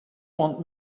want